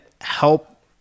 help